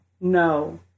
no